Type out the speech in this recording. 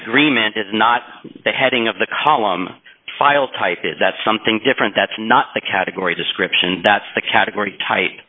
agreement is not the heading of the column file type is that something different that's not the category description that's the category t